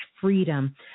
freedom